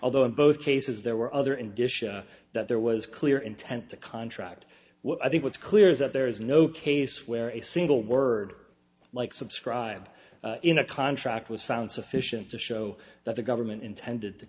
although in both cases there were other and disha that there was clear intent to contract what i think what's clear is that there is no case where a single word like subscribe in a contract was found sufficient to show that the government intended to